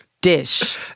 dish